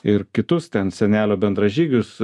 ir kitus ten senelio bendražygius